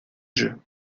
jeu